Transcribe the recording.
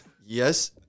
Yes